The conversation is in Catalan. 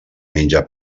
menja